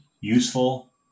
useful